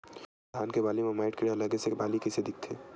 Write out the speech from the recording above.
धान के बालि म माईट कीड़ा लगे से बालि कइसे दिखथे?